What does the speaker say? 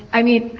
i mean,